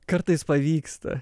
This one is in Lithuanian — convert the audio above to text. kartais pavyksta